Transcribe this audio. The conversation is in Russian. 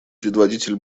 предводитель